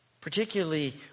particularly